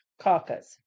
caucus